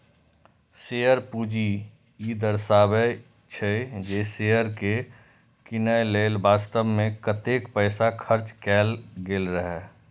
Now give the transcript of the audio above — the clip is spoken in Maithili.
शेयर पूंजी ई दर्शाबै छै, जे शेयर कें कीनय लेल वास्तव मे कतेक पैसा खर्च कैल गेल रहै